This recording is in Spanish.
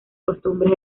costumbres